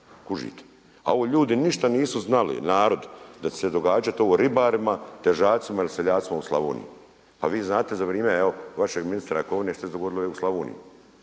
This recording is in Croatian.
Kužite? A ovo ljudi ništa nisu znali narod da će se događat ovo ribarima, težacima ili seljacima u Slavoniji. Pa vi znate za vrijeme evo vašeg ministra Jakovine što se dogodilo u Slavoniji